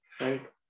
right